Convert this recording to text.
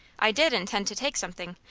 i did intend to take something.